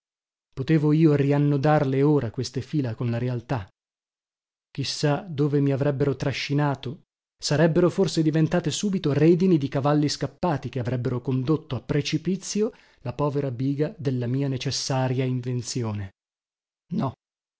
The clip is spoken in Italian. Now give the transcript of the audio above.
potevo io rannodarle ora queste fila con la realtà chi sa dove mi avrebbero trascinato sarebbero forse diventate subito redini di cavalli scappati che avrebbero condotto a precipizio la povera biga della mia necessaria invenzione no